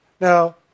Now